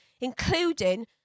including